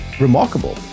remarkable